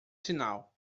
sinal